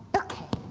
okay.